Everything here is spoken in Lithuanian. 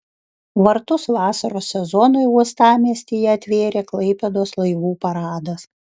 vartus vasaros sezonui uostamiestyje atvėrė klaipėdos laivų paradas